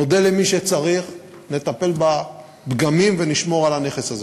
נודה למי שצריך, נטפל בפגמים ונשמור על הנכס הזה.